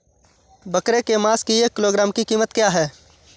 बकरे के मांस की एक किलोग्राम की कीमत क्या है?